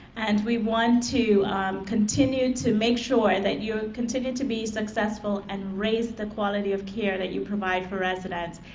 and we want to continue to make sure that you continue to be successful and raise the quality of care that you provide for residents.